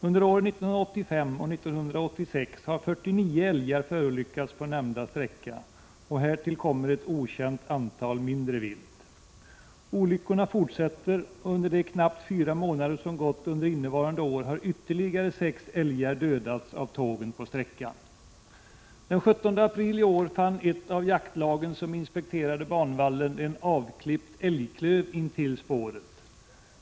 Under åren 1985 och 1986 har 49 älgar förolyckats på nämnda sträcka — härtill kommer en okänd mängd mindre vilt. Olyckorna fortsätter, och under de knappt fyra månader som har gått under innevarande år har ytterligare 6 älgar dödats av tågen på sträckan. Den 17 april i år fann ett av de jaktlag som inspekterade banvallen en avklippt älgklöv intill spåret.